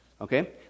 okay